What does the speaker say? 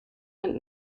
and